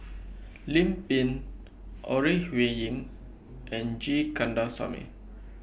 Lim Pin Ore Huiying and G Kandasamy